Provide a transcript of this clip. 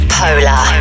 polar